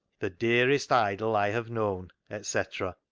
the dearest idol i have known, etc,